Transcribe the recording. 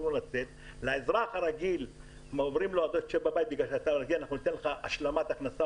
לאזרח הרגיל אומרים שהוא ישב בבית וייתנו לו השלמת הכנסה,